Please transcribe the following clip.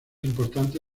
importante